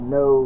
no